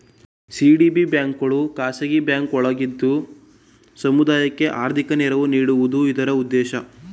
CDB ಬ್ಯಾಂಕ್ಗಳು ಖಾಸಗಿ bank ಒಳಗಿದ್ದು ಸಮುದಾಯಕ್ಕೆ ಆರ್ಥಿಕ ನೆರವು ನೀಡುವುದು ಇದರ ಉದ್ದೇಶ